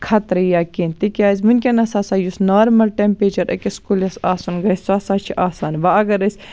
خَطرٕ یا کینٛہہ تِکیاز وٕنکیٚنَس ہسا سہ یُس نارمَل ٹیٚمیچر أکِس کُلِس آسُن گَژھِ سُہ ہسا چھِ آسان وۄنۍ اگر أسۍ